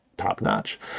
top-notch